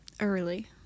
Early